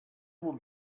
would